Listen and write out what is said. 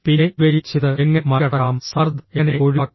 പിന്നെ ഇവയിൽ ചിലത് എങ്ങനെ മറികടക്കാം സമ്മർദ്ദം എങ്ങനെ ഒഴിവാക്കാം